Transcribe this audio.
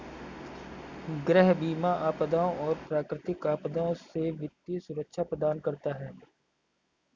गृह बीमा आपदाओं और प्राकृतिक आपदाओं से वित्तीय सुरक्षा प्रदान करता है